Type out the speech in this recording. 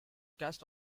cast